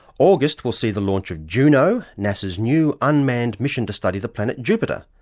august will see the launch of juno, nasa's new unmanned mission to study the planet jupiter.